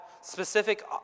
specific